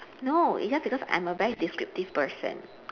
no it's just because I'm a very descriptive person